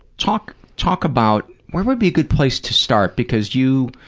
talk talk about where would be a good place to start because you